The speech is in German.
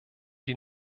die